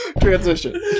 Transition